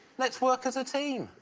let's work as a team.